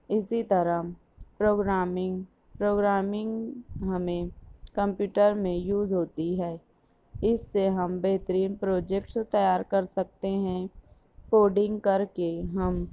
اسی طرح programming programming ہمیں کمپیوٹر میں یوز ہوتی ہے اس سے ہم بہترین پروجیکٹس تیار کر سکتے ہیں کوڈنگ کر کے ہم